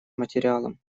материалом